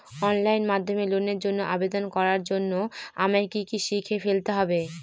Online মাধ্যমে লোনের জন্য আবেদন করার জন্য আমায় কি কি শিখে ফেলতে হবে?